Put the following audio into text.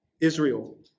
Israel